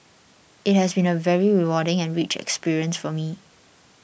it has been a very rewarding and rich experience for me